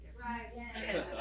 Right